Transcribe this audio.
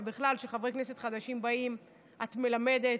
ובכלל, כשחברי כנסת חדשים באים את מלמדת.